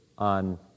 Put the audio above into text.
on